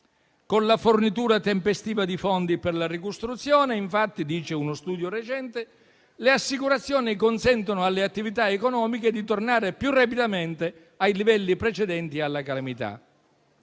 Con la fornitura tempestiva di fondi per la ricostruzione, infatti, come ricorda uno studio recente, le assicurazioni consentono alle attività economiche di tornare più rapidamente ai livelli precedenti alla calamità.